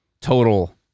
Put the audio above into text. total –